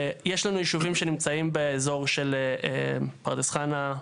יש לנו יישובים שנמצאים באזור של פרדס חנה,